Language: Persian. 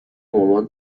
مامان